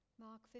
Mark